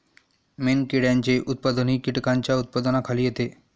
मेणकिड्यांचे उत्पादनही कीटकांच्या उत्पादनाखाली येते